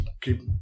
keep